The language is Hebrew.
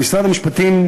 למשרד המשפטים,